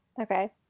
Okay